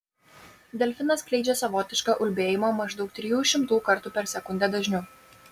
delfinas skleidžia savotišką ulbėjimą maždaug trijų šimtų kartų per sekundę dažniu